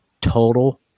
total